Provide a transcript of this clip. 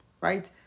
Right